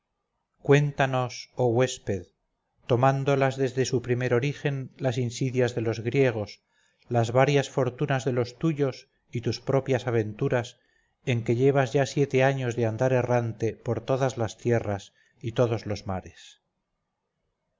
cuéntanos oh huésped tomándolas desde su primer origen las insidias de los griegos las varias fortunas de los tuyos y tus propias aventuras en que llevas ya siete años de andar